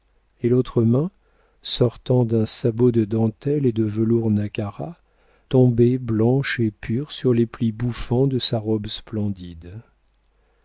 et l'autre main sortant d'un sabot de dentelle et de velours nacarat tombait blanche et pure sur les plis bouffants de sa robe splendide